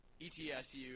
ETSU